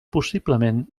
possiblement